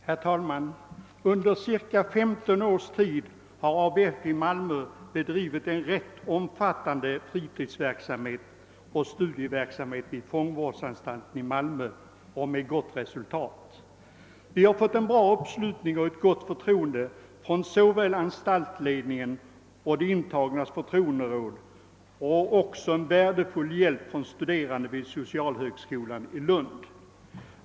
Herr talman! Under ca 15 års tid har ABF i Malmö bedrivit en rätt omfattande fritidsoch studieverksamhet vid fångvårdsanstalten i Malmö — och med gott resultat. Vi har fått en bred uppslutning och ett gott förtroende från såväl anstaltsledningen som de intagnas förtroenderåd, och vi har också haft en värdefull hjälp av studerande vid socialhögskolan i Lund.